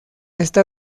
esta